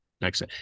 Next